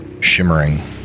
shimmering